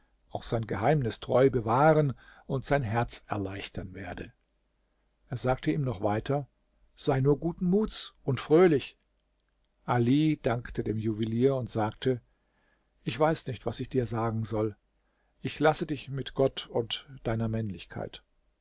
auch sein geheimnis treu bewahren und sein herz erleichtern werde er sagte ihm noch weiter sei nur guten muts und fröhlich ali dankte dem juwelier und sagte ich weiß nicht was ich dir sagen soll ich lasse dich mit gott und deiner männlichkeit